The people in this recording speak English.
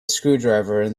screwdriver